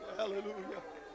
hallelujah